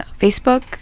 Facebook